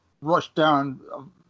rushed-down